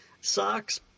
socks